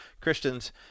Christians